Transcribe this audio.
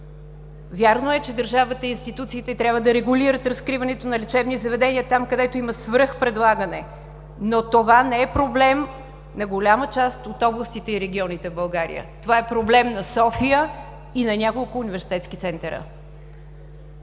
Вярно е, че държавата и институциите трябва да регулират разкриването на лечебни заведения там, където има свръхпредлагане, но това не е проблем на голяма част от областите и регионите в България. Това е проблем на София и на няколко университетски центъра.